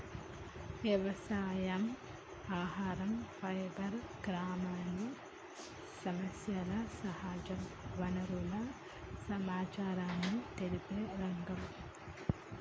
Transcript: వ్యవసాయం, ఆహరం, ఫైబర్, గ్రామీణ సమస్యలు, సహజ వనరుల సమచారాన్ని తెలిపే రంగం